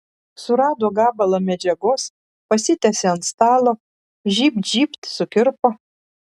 surado gabalą medžiagos pasitiesė ant stalo žybt žybt sukirpo